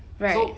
right